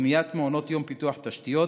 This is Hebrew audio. בניית מעונות יום ופיתוח תשתיות.